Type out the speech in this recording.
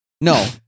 No